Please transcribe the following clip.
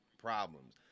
problems